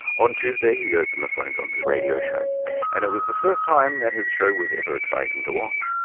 on tuesday, he opened the phones on his radio show and it was the first time that his show was ever exciting to watch.